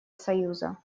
союза